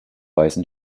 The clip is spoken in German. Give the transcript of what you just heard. weißen